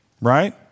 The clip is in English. Right